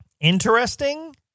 interesting